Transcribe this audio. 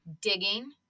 digging